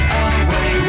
away